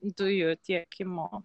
dujų tiekimo